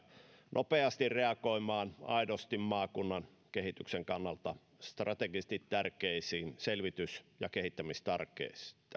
nopeasti ja aidosti reagoimaan maakunnan kehityksen kannalta strategisesti tärkeisiin selvitys ja kehittämistarpeisiin